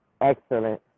excellent